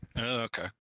Okay